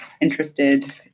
interested